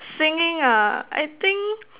singing ah I think